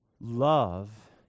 love